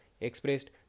expressed